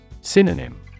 Synonym